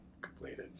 completed